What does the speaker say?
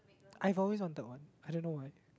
I have always wanted one I don't know why